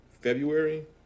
February